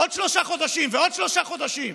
עוד שלושה חודשים ועוד שלושה חודשים,